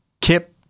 Kip